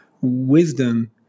wisdom